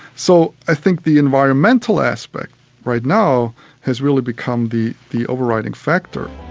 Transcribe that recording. so i think the environmental aspect right now has really become the the over-riding factor.